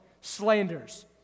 slanders